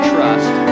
Trust